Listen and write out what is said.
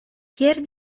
pierre